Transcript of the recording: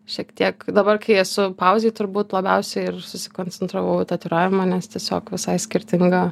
šiek tiek dabar kai esu pauzėj turbūt labiausiai ir susikoncentravau į tatuiravimą nes tiesiog visai skirtinga